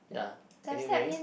ya anyway